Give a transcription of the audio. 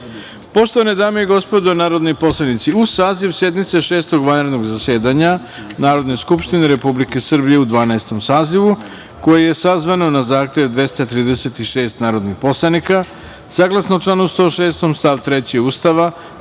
zasedanja. Poštovane dame i gospodo narodni poslanici, uz saziv sednice Šestog vanrednog zasedanja Narodne skupštine Republike Srbije u Dvanaestom sazivu, koje je sazvan na zahtev 236 narodnih poslanika, saglasno članu 106. stav 3. Ustava,